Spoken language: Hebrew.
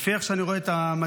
לפי איך שאני רואה את המצב,